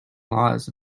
laws